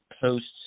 posts